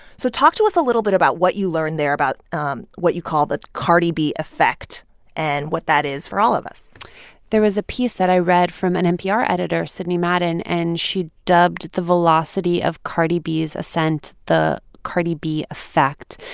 so talk to us a little bit about what you learned there about um what you call the cardi b effect and what that is for all of us there was a piece that i read from an npr editor, sidney madden, and she dubbed the velocity of cardi b's ascent the cardi b effect.